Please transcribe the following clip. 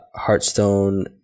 Hearthstone